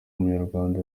umunyarwanda